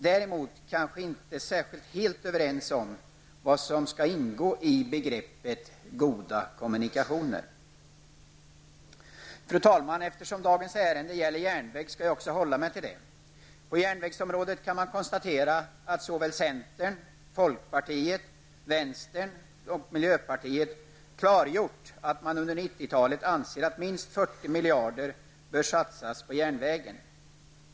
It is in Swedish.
Däremot kanske vi inte är särskilt överens om vad som skall ingå i begreppet goda kommunikationer. Fru talman! Eftersom dagens ärende gäller järnväg, skall jag också hålla mig till detta. På järnvägsområdet kan man konstatera att såväl centern som folkpartiet, vänstern och miljöpartiet har klargjort att man anser att minst 40 miljarder bör satsas på järnvägen under 90-talet.